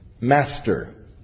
Master